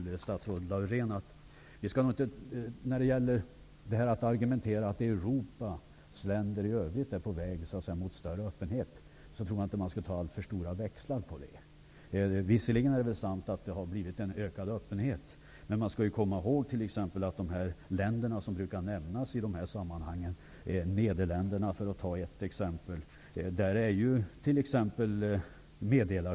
Statsrådet Laurén sade att Europas länder i övrigt är på väg mot en större öppenhet, men jag tror inte att man skall dra alltför stora växlar på detta. Visserligen är det sant att öppenheten har ökat, men man skall komma ihåg att det inte finns något meddelarskydd i de länder som brukar nämnas i dessa sammanhang, t.ex. i Nederländerna.